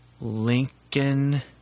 Lincoln